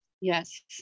Yes